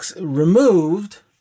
removed